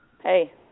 Hey